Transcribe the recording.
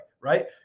right